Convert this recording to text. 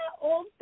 old